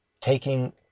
taking